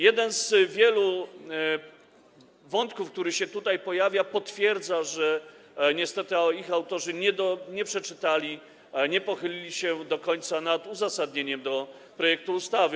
Jeden z wielu wątków, które się tutaj pojawiają, potwierdza, że niestety ich autorzy nie przeczytali, nie pochylili się do końca nad uzasadnieniem projektu ustawy.